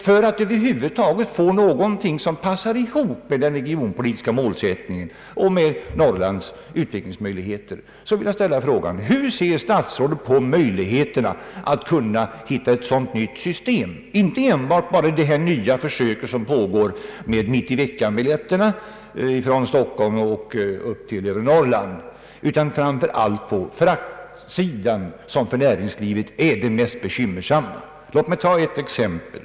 För att över huvud taget få någonting som passar ihop med den regionpolitiska målsättningen och med Norrlands utvecklingsmöjligheter vill jag ställa frågan: Hur ser statsrådet på möjligheterna att hitta ett sådant nytt system? Det räcker inte enbart med de nya försök som pågår med mitt-i-veckan-biljetterna från Stockholm till övre Norrland, utan det gäller att nedbringa fraktkostnaderna, som för näringslivet är det mest bekymmersamma. Låt mig ta ett exempel.